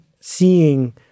seeing